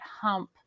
hump